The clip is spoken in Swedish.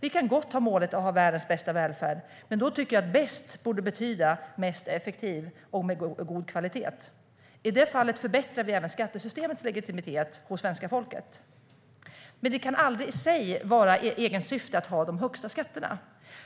Vi kan gott ha målet världens bästa välfärd, men då borde bäst betyda mest effektiv och med god kvalitet. I det fallet förbättrar vi även skattesystemets legitimitet hos svenska folket. Men det kan aldrig i sig vara ett egensyfte att ta ut de högsta skatterna,